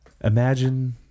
Imagine